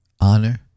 honor